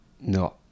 No